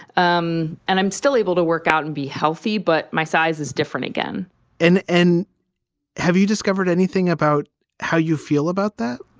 um and i'm still able to work out and be healthy, but my size is different again and and have you discovered anything about how you feel about that?